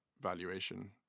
valuation